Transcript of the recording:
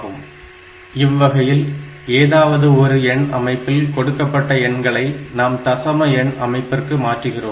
6 262 36 4 72184 10 இவ்வகையில் ஏதாவது ஒரு எண் அமைப்பில் கொடுக்கப்பட்ட எண்களை நாம் தசம எண் அமைப்பிற்கு மாற்றுகிறோம்